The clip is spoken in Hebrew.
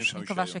אני מקווה שכן.